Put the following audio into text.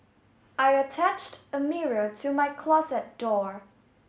I attached a mirror to my closet door